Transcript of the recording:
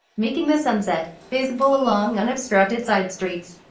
making the sunset visible along unobstructed side streets.